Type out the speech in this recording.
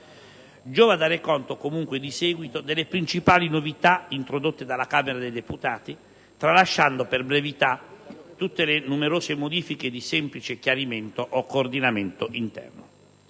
Giova dare conto comunque, di seguito, delle principali novità introdotte dalla Camera dei deputati, tralasciando, per brevità, tutte le numerose modifiche di semplice chiarimento o coordinamento interno.